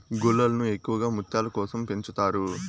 గుల్లలను ఎక్కువగా ముత్యాల కోసం పెంచుతారు